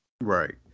Right